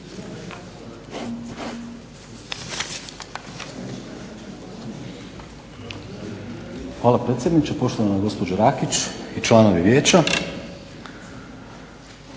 Hvala predsjedniče. Poštovana gospođo Rakić i članovi vijeća,